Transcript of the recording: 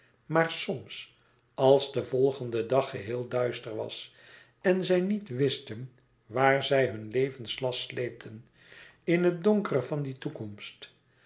maar soms als de volgende e ids aargang dag geheel duister was en zij niet wisten waar zij hun levenslast sleepten in het donkere van die toekomst